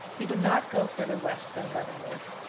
he would not go further west than leavenworth.